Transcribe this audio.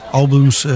albums